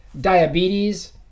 diabetes